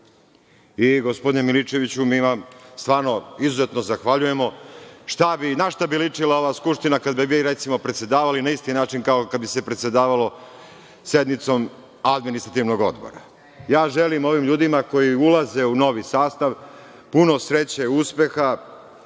Gospodine Milićeviću, mi vam stvarno izuzetno zahvaljujemo. Na šta bi ličila ova Skupština kada bi vi predsedavali na isti način kao kad bi se predsedavalo sednicom Administrativnog odbora? Ja želim ovim ljudima koji ulaze u novi sastav puno sreće, uspeha,